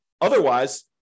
Otherwise